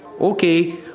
Okay